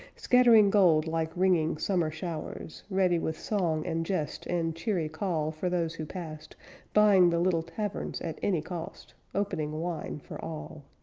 scattering gold like ringing summer showers, ready with song and jest and cheery call for those who passed buying the little taverns at any cost opening wine for all.